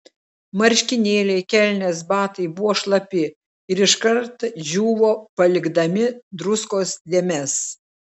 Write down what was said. marškinėliai kelnės batai buvo šlapi ir iškart džiūvo palikdami druskos dėmes